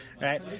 Right